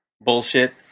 bullshit